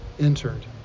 entered